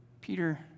Peter